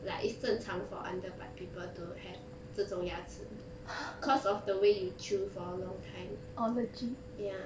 like it's 正常 for underbite people to have 这种牙齿 cause of the way you chew for a long time ya